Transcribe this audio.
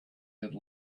had